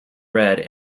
red